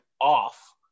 off